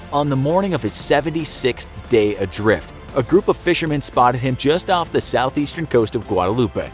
on the morning of his seventy sixth day adrift, a group of fishermen spotted him just off the southeastern coast of guadeloupe. but